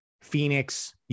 Phoenix